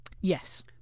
Yes